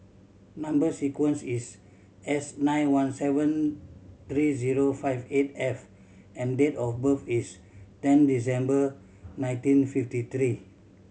number sequence is S nine one seven three zero five eight F and date of birth is ten December nineteen fifty three